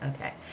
Okay